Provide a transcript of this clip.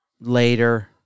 later